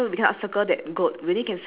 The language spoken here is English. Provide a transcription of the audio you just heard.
can circle ya